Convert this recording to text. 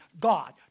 God